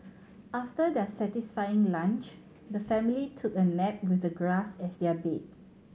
after their satisfying lunch the family took a nap with the grass as their bed